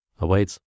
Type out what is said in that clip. awaits